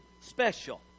special